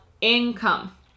income